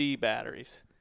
batteries